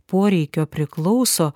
poreikio priklauso